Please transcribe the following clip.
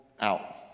out